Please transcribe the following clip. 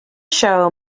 show